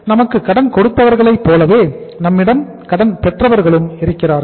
நமக்கு கடன் கொடுத்தவர்களை போலவே நம்மிடம் கடன் பெற்றவர்களும் இருக்கிறார்கள்